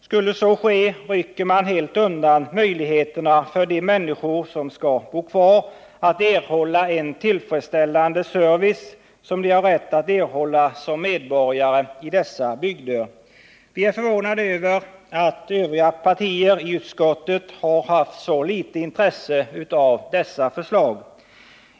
Skulle så ske rycker man helt undan möjligheterna för de människor som skall bo kvar att erhålla en tillfredsställande service, som de har rätt att erhålla som medborgare i dessa bygder. Vi är förvånade över att övriga partier i utskottet har haft så litet intresse av dessa förslag.